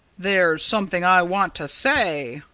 there's something i want to say,